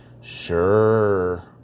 Sure